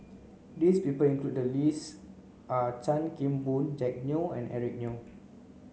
this people included in the list are Chan Kim Boon Jack Neo and Eric Neo